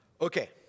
Okay